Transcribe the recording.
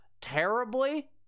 terribly